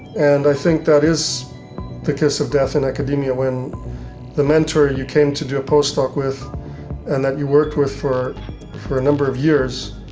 and i think that is the kiss of death in academia, when the mentor you came to do a postdoc with and that you worked with for for number of years